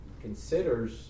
considers